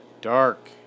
Dark